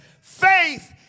faith